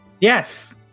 Yes